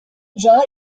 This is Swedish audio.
rör